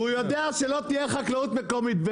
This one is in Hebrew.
הוא יודע שלא תהיה חקלאות מקומית.